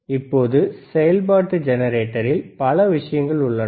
இப்போது செயல்பாட்டு ஜெனரேட்டரில் பல விஷயங்கள் உள்ளன